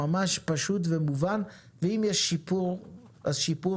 ממש פשוט ומובן ואם יש שיפור אז שיפור